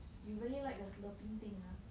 you really like the slurping thing ah